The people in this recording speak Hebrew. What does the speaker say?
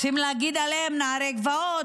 רוצים להגיד עליהם נערי גבעות?